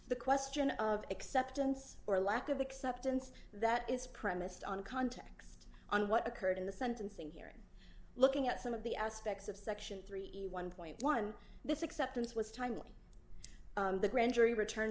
the question of acceptance or lack of acceptance that is premised on context on what occurred in the sentencing hearing looking at some of the aspects of section three a one dollar this acceptance was timely the grand jury returned